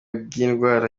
bw’indwara